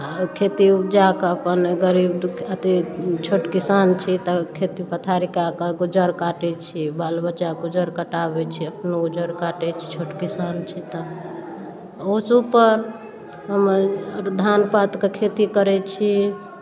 खेती उपजाके अपन गरीब दु अथी छोट किसान छी तऽ खेती पथारी कए कऽ गुजर काटै छी बाल बच्चाकेँ गुजर कटाबै छै अपनो गुजर काटैत छी छोट किसान छी तऽ ओहोसँ ऊपर हम आओर धान पातके खेती करै छी